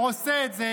הוא עושה את זה